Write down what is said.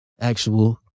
actual